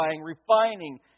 refining